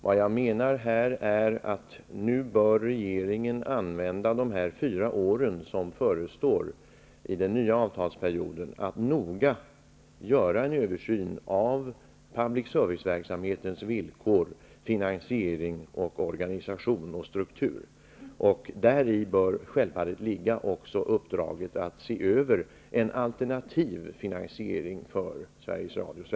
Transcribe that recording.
Vad jag menar är att regeringen nu bör använda de fyra år som förestår i den nya avtalsperioden till att noga göra en översyn av public serviceverksamhetens villkor, finansiering, organisation och struktur. Däri bör självfallet också ligga uppdraget att se över en alternativ finansiering av